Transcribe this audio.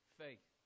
faith